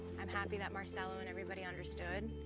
i'm happy that mercelo and everybody understood,